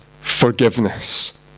forgiveness